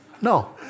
No